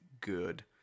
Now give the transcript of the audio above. good